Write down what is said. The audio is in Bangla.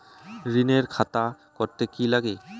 ঋণের খাতা করতে কি লাগে?